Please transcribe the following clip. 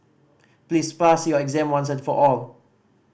please pass your exam once and for all